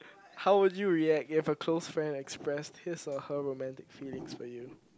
how would you react if a close friend express his or her romantic feelings for you